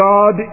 God